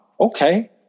okay